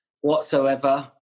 whatsoever